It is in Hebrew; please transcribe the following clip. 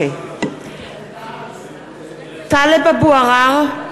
(קוראת בשמות חברי הכנסת) טלב אבו עראר,